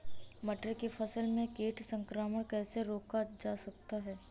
मटर की फसल में कीट संक्रमण कैसे रोका जा सकता है?